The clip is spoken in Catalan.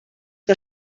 que